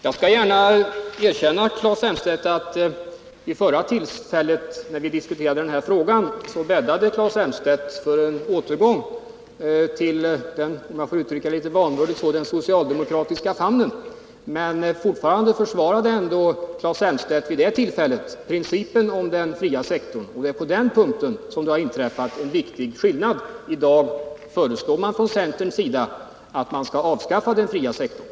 Jag skall gärna erkänna att vid förra tillfället, när vi diskuterade den här frågan, bäddade Claes Elmstedt för — om jag får uttrycka det litet vanvördigt — en återgång till den socialdemokratiska famnen, men fortfarande försvarade ändå Claes Elmstedt vid det tillfället principen om den fria sektorn. Det är på den punkten som det har inträffat en viktig skillnad — i dag föreslår centern att man skall avskaffa den fria sektorn.